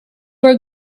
were